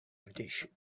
edition